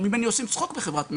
ממני עושים צחוק בחברת מסר,